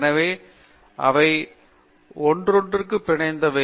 எனவே அவை ஒன்றுக்கொன்று பிணைந்தவை